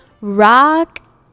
rock